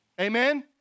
Amen